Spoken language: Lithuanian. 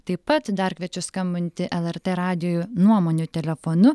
taip pat dar kviečiu skambinti lrt radijo nuomonių telefonu